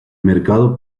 mercado